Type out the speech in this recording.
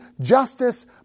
justice